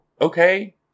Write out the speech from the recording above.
okay